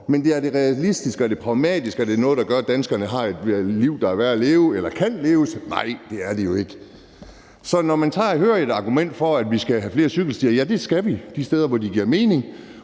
Men er det realistisk, er det pragmatisk, og er det noget, der gør, at danskerne har et liv, der er værd at leve eller kan leves? Nej, det er det jo ikke. Så jeg bliver jo forvirret, når jeg hører et argument for, at vi skal have flere cykelstier, og ja, det skal vi de steder, hvor det giver mening,